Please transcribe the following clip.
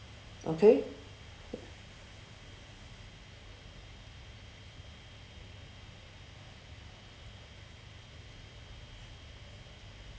okay